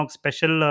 special